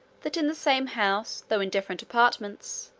that in the same house, though in different apartments,